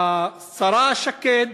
השרה שקד: